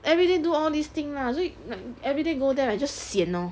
everyday do all these thing lah so like everyday go there just sian lor